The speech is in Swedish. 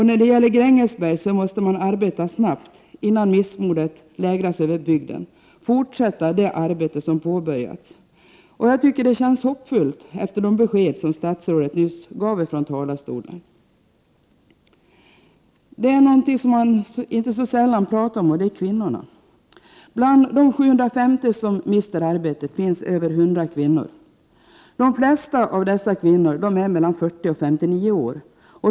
När det gäller Grängesberg måste man arbeta snabbt innan missmodet lägrar sig över bygden, fortsätta det arbete som påbörjats. Jag tycker att det känns hoppfullt efter de besked som statsrådet nyss gav från talarstolen. Det är inte så sällan man talar om kvinnorna. Bland de 750 som mister arbetet finns över 100 kvinnor. De flesta av dessa är mellan 40 och 59 år.